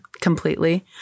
completely